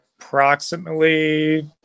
approximately